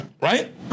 Right